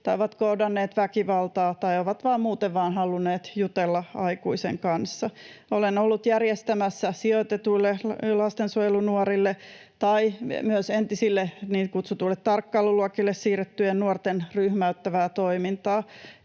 tai ovat kohdanneet väkivaltaa tai ovat vain muuten vaan halunneet jutella aikuisen kanssa. Olen ollut järjestämässä sijoitetuille lastensuojelunuorille tai myös entisille niin kutsutuille tarkkailuluokille siirrettyjen nuorten ryhmäyttävää toimintaa,